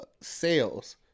sales